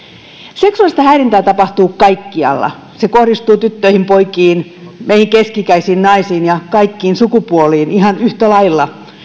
seksuaalista häirintää tapahtuu kaikkialla se kohdistuu tyttöihin poikiin meihin keski ikäisiin naisiin ja kaikkiin sukupuoliin ihan yhtä lailla